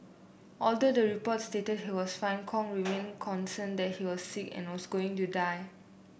although the report stated he was fine Kong remained concerned that he was sick and was going to die